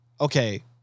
Okay